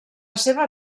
seva